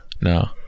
No